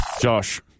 Josh